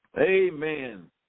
Amen